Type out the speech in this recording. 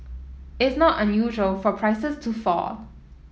it's not unusual for prices to fall